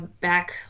back